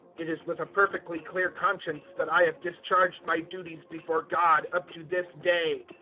it is with a perfectly clear conscience that i have discharged my duties before god up to this day.